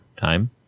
time